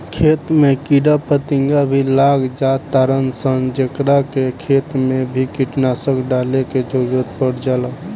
खेत में कीड़ा फतिंगा भी लाग जातार सन जेकरा खातिर खेत मे भी कीटनाशक डाले के जरुरत पड़ जाता